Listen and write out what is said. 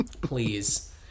Please